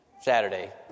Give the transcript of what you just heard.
Saturday